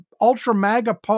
ultra-mega